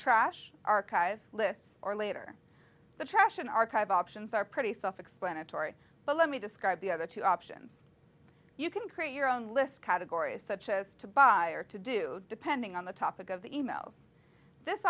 trash archive lists or later the trash an archive options are pretty self explanatory but let me describe the other two options you can create your own list categories such as to buy or to do depending on the topic of the emails this